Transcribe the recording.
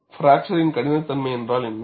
fracture கடினத்தன்மை என்றால் என்ன